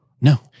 No